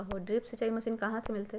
Drip सिंचाई machine कहाँ से मिलतै?